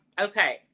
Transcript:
Okay